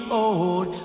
old